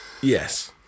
yes